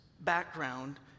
background